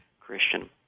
Christian